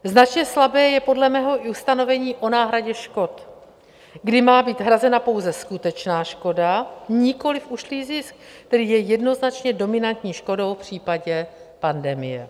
Značně slabé je podle mého i ustanovení o náhradě škod, kdy má být hrazena pouze skutečná škoda, nikoli ušlý zisk, který je jednoznačně dominantní škodou v případě pandemie.